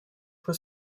pro